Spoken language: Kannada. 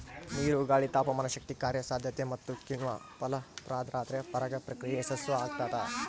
ನೀರು ಗಾಳಿ ತಾಪಮಾನಶಕ್ತಿ ಕಾರ್ಯಸಾಧ್ಯತೆ ಮತ್ತುಕಿಣ್ವ ಫಲಪ್ರದಾದ್ರೆ ಪರಾಗ ಪ್ರಕ್ರಿಯೆ ಯಶಸ್ಸುಆಗ್ತದ